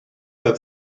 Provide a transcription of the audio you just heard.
der